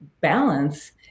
balance